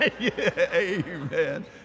Amen